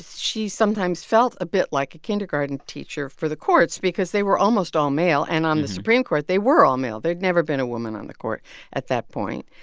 she sometimes felt a bit like a kindergarten teacher for the courts because they were almost all male. and on the supreme court, they were all male. there had never been a woman on the court at that point.